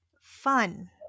fun